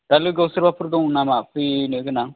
दा लोगोआव सोरबाफोर दङ नामा फैनोगोनां